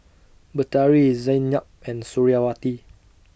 Batari Zaynab and Suriawati